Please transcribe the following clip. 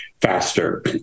faster